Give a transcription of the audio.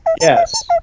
Yes